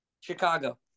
Chicago